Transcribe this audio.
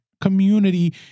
community